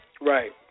Right